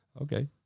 Okay